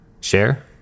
share